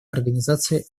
организации